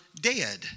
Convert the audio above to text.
dead